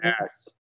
Yes